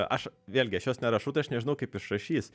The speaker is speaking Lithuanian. aš vėlgi aš jos nerašau tai aš nežinau kaip išrašys